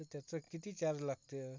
तर त्याचं किती चार्ज लागते